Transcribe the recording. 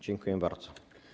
Dziękuję bardzo.